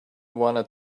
wanted